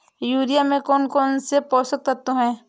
Urea में कौन कौन से पोषक तत्व है?